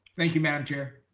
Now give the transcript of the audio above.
thank you, madam chair.